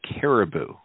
caribou